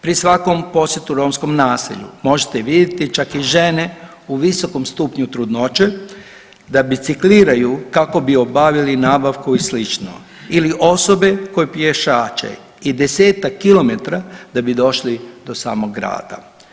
Pri svakom posjetu romskom naselju možete vidjeti čak i žene u visokom stupnju trudnoće da bicikliraju kako bi obavili nabavku ili slično ili osobe koje pješače i desetak kilometara da bi došli do samog grada.